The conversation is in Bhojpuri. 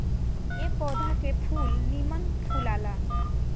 ए पौधा के फूल निमन फुलाला